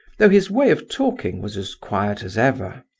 though his way of talking was as quiet as ever.